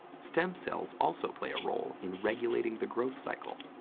stem cells also play a role in regulating the growth cycle,